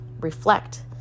reflect